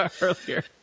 earlier